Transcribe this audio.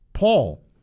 Paul